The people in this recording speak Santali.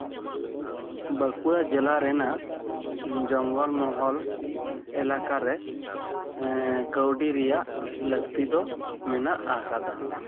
ᱵᱟᱸᱠᱩᱲᱟ ᱡᱮᱞᱟ ᱨᱮᱱᱟᱜ ᱡᱚᱝᱜᱚᱞ ᱢᱚᱦᱚᱞ ᱮᱞᱟᱠᱟ ᱨᱮ ᱠᱟᱹᱣᱰᱤ ᱨᱮᱭᱟᱜ ᱞᱟᱹᱠᱛᱤ ᱫᱚ ᱢᱮᱱᱟᱜ ᱟᱠᱟᱫᱟ